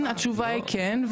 התשובה היא כן,